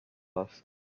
asked